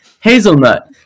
hazelnut